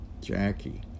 Jackie